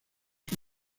que